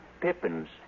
Pippins